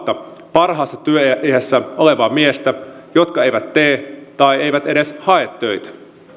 parhaassa työiässä olevaa miestä jotka eivät tee tai eivät edes hae töitä